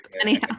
Anyhow